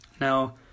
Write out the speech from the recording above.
now